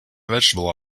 vegetable